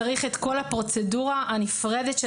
אז אני אפילו לא בטוחה שצריך את כל הפרוצדורה הנפרדת של